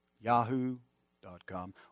Yahoo.com